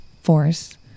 force